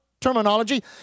terminology